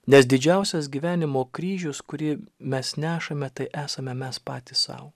nes didžiausias gyvenimo kryžius kurį mes nešame tai esame mes patys sau